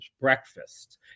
breakfast